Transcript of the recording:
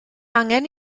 angen